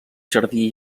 jardí